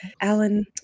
Alan